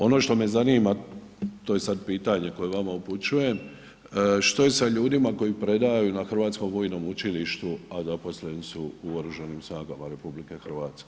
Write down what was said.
Ono što me zanima, to je sada pitanje koje vama upućujem, što je sa ljudima koji predaju na Hrvatskom vojnom učilištu, a zaposleni su u Oružanim snagama RH?